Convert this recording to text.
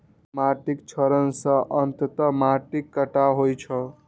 माटिक क्षरण सं अंततः माटिक कटाव होइ छै